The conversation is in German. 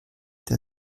der